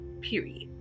period